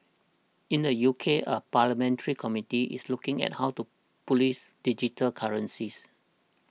in the U K a parliamentary committee is looking at how to police digital currencies